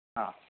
ह